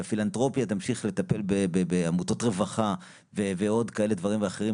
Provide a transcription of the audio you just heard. שהפילנתרופיה תמשיך לטפל בעמותות רווחה ועוד כאלה דברים ואחרים,